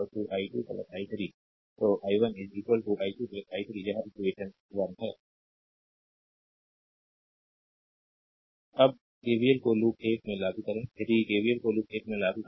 तो i1 i2 i3 यह equation 1 है स्लाइड टाइम देखें 1009 अब केवीएल को लूप 1 में लागू करें यदि केवीएल को लूप 1 में लागू करें